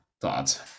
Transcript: thoughts